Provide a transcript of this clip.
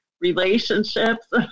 relationships